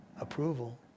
approval